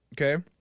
okay